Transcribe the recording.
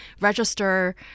register